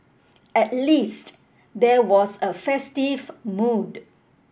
at least there was a festive mood